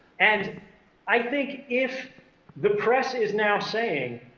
and i think if the press is now saying,